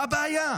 מה הבעיה?